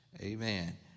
amen